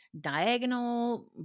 diagonal